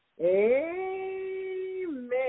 Amen